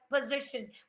position